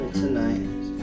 tonight